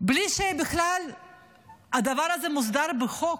בלי שהדבר הזה בכלל מוסדר בחוק.